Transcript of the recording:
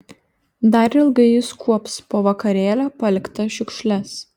dar ilgai jis kuops po vakarėlio paliktas šiukšles